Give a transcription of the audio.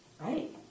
right